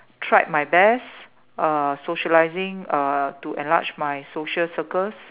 tried my best uh socialising uh to enlarge my social circles